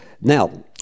Now